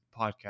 podcast